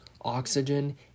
oxygen